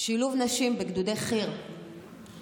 שילוב נשים בגדודי חי"ר חשוב,